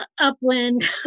Upland